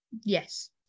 yes